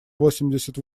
восемьдесят